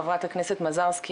חברת הכנסת מזרסקי,